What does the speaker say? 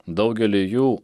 daugelį jų